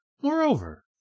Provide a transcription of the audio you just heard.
Moreover